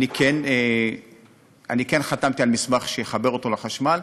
כן חתמתי על מסמך שיחבר אותו לחשמל.